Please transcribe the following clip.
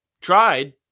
Tried